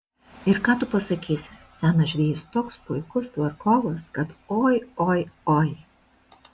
ir ką tu pasakysi senas žvejys toks puikus tvarkovas kad oi oi oi